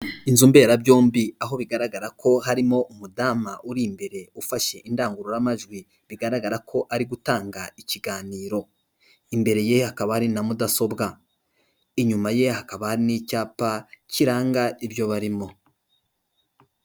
Inzo mberabyombi aho bigaragara ko harimo umudamu uri imbere ufashe indangururamajwi bigaragara ko ari gutanga ikiganiro, imbere ye hakaba hari na mudasobwa inyuma ye hakaba n'icyapa kiranga ibyo barimo.